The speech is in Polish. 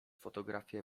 fotografie